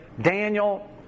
Daniel